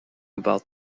about